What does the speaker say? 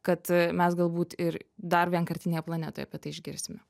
kad a mes galbūt ir dar vienkartinėje planetoje apie tai išgirsime